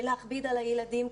כי הם לא רוצים להכביד על הילדים.